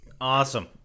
Awesome